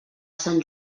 sant